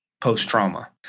post-trauma